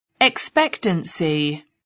expectancy